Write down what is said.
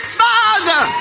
father